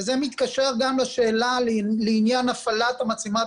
וזה מתקשר גם לשאלה לעניין הפעלת מצלמת